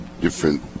different